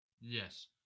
Yes